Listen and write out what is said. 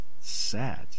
Sad